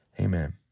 Amen